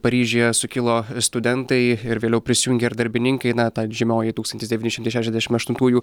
paryžiuje sukilo studentai ir vėliau prisijungė ir darbininkai na ta žymioji tūkstantis devyni šimtai šešiasdešimt aštuntųjų